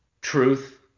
truth